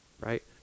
right